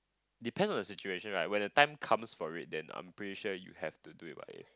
depend on the situation right when the time comes for it then I'm pretty sure you have to do it what if